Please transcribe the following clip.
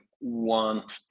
want